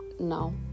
No